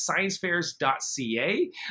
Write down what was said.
sciencefairs.ca